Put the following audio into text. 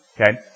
Okay